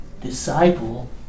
disciple